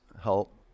help